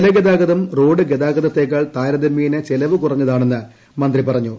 ജലഗതാഗതം road ഗതാഗത്തേക്കാൾ താരതമ്യേന ചെലവ് കുറഞ്ഞതാണെന്ന് മന്ത്രി പറഞ്ഞു